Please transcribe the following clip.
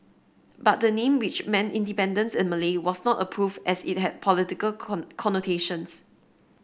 but the name which meant independence in Malay was not approved as it had political connotations